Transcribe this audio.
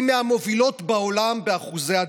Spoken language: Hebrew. היא מהמובילות בעולם באחוזי הדבקה.